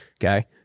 Okay